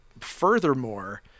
furthermore